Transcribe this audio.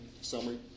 summary